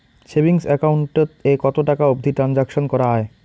Savings account এ কতো টাকা অবধি ট্রানসাকশান করা য়ায়?